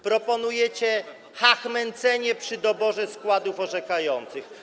Proponujecie chachmęcenie przy doborze składów orzekających.